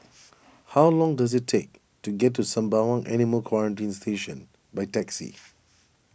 how long does it take to get to Sembawang Animal Quarantine Station by taxi